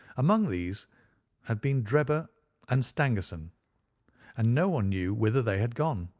among these had been drebber and stangerson and no one knew whither they had gone.